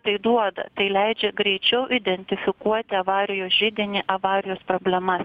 tai duoda tai leidžia greičiau identifikuoti avarijos židinį avarijos problemas